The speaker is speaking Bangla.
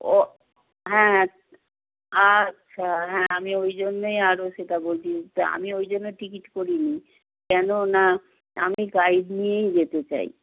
ও হ্যাঁ আচ্ছা হ্যাঁ আমি ওই জন্যই আরও সেটা বলছি আমি ওই জন্য টিকিট করি নি কেন না আমি গাইড নিয়েই যেতে চাই